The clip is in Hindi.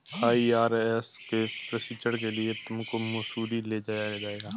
आई.आर.एस के प्रशिक्षण के लिए तुमको मसूरी ले जाया जाएगा